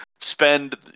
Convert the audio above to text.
spend